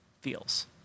feels